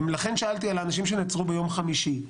ולכן, שאלתי על האנשים שנעצרו ביום חמישי.